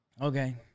Okay